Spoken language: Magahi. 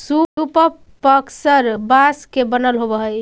सूप पअक्सर बाँस के बनल होवऽ हई